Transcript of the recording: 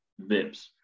VIPs